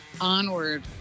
onward